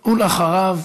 ואחריו,